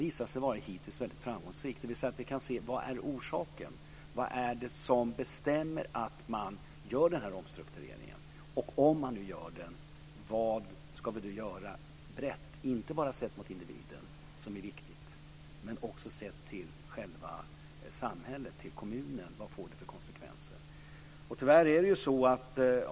Det har hittills varit framgångsrikt. Man har kunnat se vad som är orsaken och vad det är som har bestämt att det har blivit denna omstrukturering. Om denna omstrukturering har gjorts har man tittat på vad som kan göras på en bred front, inte bara sett mot individen - som är viktigt - utan också till konsekvenserna för samhället, dvs. kommunen.